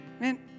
man